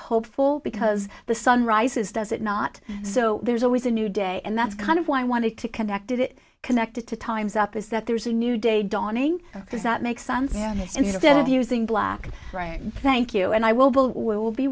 hopeful because the sun rises does it not so there's always a new day and that's kind of why i wanted to connect it connected to time's up is that there's a new day dawning because that makes sense as instead of using black right thank you and i will bill